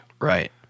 Right